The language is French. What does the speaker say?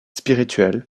spirituel